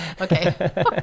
Okay